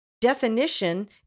Definition